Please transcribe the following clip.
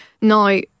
Now